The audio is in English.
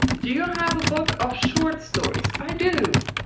do you have a book of short stories? i do.